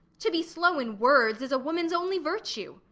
to be slow in words is a woman's only virtue.